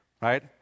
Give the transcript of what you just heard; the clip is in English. right